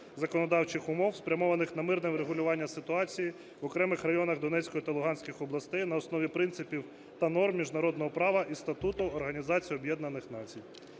законодавчих умов, спрямованих на мирне врегулювання ситуації в окремих районах Донецької та Луганської областей на основі принципів та норм міжнародного права і Статуту